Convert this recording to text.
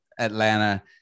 Atlanta